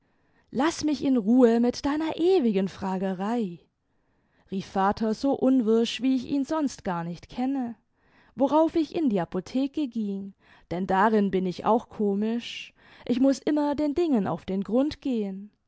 laß mich in ruhe mit deiner ewigen fragerei rief vater so unwirsch wie ich ihn sonst gar nicht kenne worauf ich in die apotheke ging denn darin bin ich auch komisch ich muß immer den dingen auf den grund gehen